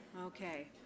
Okay